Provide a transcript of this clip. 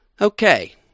Okay